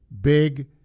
big